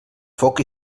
foc